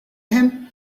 him